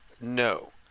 No